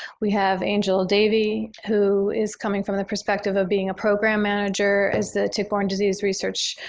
we have angel davey, who is coming from the perspective of being a program manager is the tick-borne disease research,